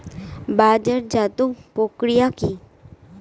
বাজারজাতও প্রক্রিয়া কি?